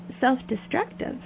self-destructive